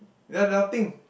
we have nothing